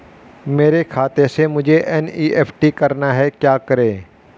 मेरे खाते से मुझे एन.ई.एफ.टी करना है क्या करें?